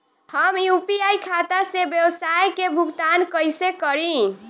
हम यू.पी.आई खाता से व्यावसाय के भुगतान कइसे करि?